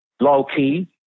Low-key